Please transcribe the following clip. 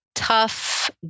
tough